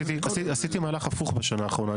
עשיתי מהלך הפוך בשנה האחרונה,